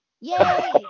Yay